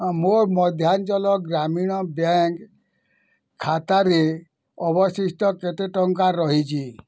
ମୋ ମଧ୍ୟାଞ୍ଚଲ ଗ୍ରାମୀଣ ବ୍ୟାଙ୍କ୍ ଖାତାରେ ଅବଶିଷ୍ଟ କେତେ ଟଙ୍କା ରହିଛି